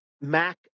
Mac